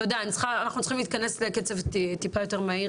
אנחנו צריכים להיכנס לקצב קצת יותר מהיר